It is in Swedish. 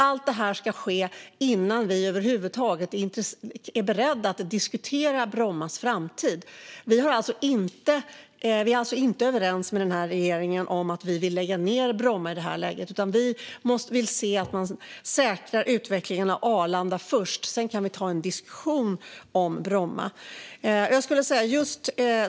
Allt detta ska ske innan vi över huvud taget är beredda att diskutera Brommas framtid. Vi är alltså inte överens med denna regering om att lägga ned Bromma i det här läget, utan vi vill att man först säkrar utvecklingen av Arlanda. Sedan kan vi ta en diskussion om Bromma.